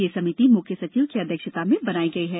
यह समिति मुख्य सचिव की अध्यक्षता में बनाई गई है